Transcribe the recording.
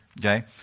okay